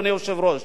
אדוני היושב-ראש.